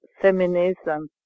feminism